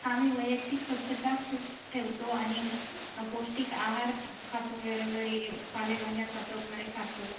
आम्ही वैयक्तिक स्वच्छता खूप ठेवतो आणि पौष्टिक आहार खातो वेळोवेळी पालेभाज्या खातो फळे खातो